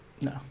No